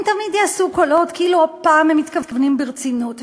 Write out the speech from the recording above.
הם תמיד יעשו קולות כאילו הפעם הם מתכוונים ברצינות,